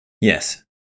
Yes